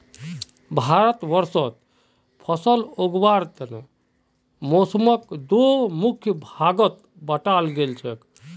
भारतवर्षत फसल उगावार के मौसमक दो मुख्य भागत बांटाल गेल छेक